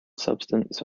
substance